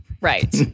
Right